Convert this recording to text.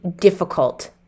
difficult